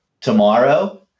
Tomorrow